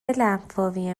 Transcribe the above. لنفاوی